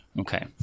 Okay